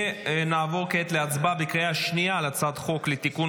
נעבור כעת להצבעה בקריאה שלישית על הצעת חוק לתיקון